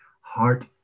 heart